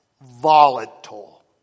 Volatile